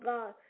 God